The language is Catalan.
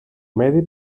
medi